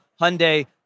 Hyundai